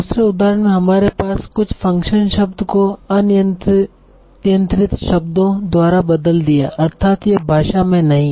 दूसरे उदाहरण में हमारे पास कुछ फ़ंक्शन शब्द को अनियन्त्रित शब्दों द्वारा बदल दिया अर्थात यह भाषा में नहीं हैं